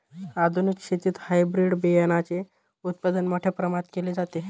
आधुनिक शेतीत हायब्रिड बियाणाचे उत्पादन मोठ्या प्रमाणात केले जाते